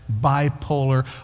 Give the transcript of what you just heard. bipolar